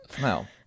no